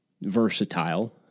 versatile